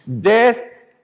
Death